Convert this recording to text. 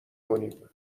کنیم